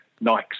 Nike's